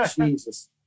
Jesus